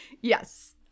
Yes